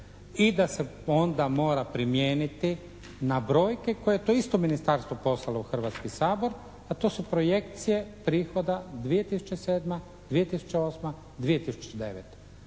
i da se onda mora primijeniti na brojke koje je to isto ministarstvo poslalo u Hrvatski sabor a to su projekcije prihoda 2007., 2008., 2009.